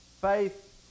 Faith